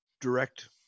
direct